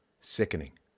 Sickening